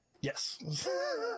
Yes